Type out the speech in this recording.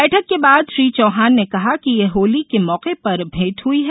बैठक के बाद श्री चौहान ने कहा कि यह होली के मौके पर भेंट हुई है